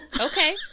Okay